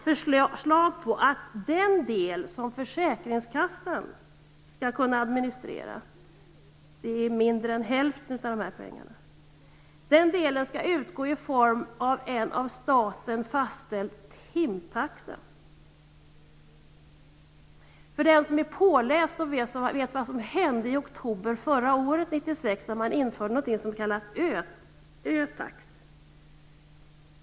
förslag om att den del som försäkringskassan skall kunna administrera, som är mindre än hälften av pengarna, skall utgå i form av en av staten fastställd timtaxa. Den som är påläst vet vad som hände i oktober 1996. Då införde man något som kallades ö-tax.